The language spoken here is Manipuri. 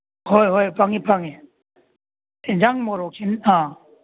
ꯍꯣꯏ ꯍꯣꯏ ꯐꯪꯉꯤ ꯐꯪꯉꯤ ꯏꯟꯖꯥꯡ ꯃꯣꯔꯣꯛꯁꯤ ꯑ